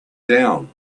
down